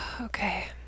Okay